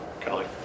Kelly